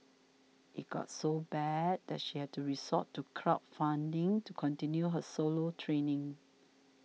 it got so bad that she had to resort to crowd funding to continue her solo training